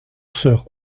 sœur